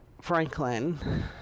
Franklin